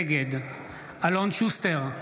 נגד אלון שוסטר,